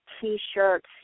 T-shirts